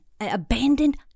abandoned